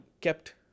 kept